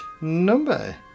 number